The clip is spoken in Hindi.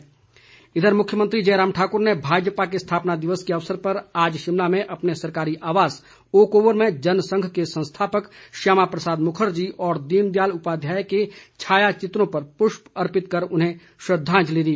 मुख्यमंत्री इधर मुख्यमंत्री जयराम ठाकुर ने भाजपा के स्थापना दिवस के अवसर पर आज शिमला में अपने सरकारी आवास ओक ओवर में जनसंघ के संस्थापक श्यामा प्रसाद मुखर्जी और दीनदयाल उपाध्याय के छाया चित्रों पर पुष्प अर्पित कर उन्हें श्रद्धांजलि दी